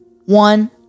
one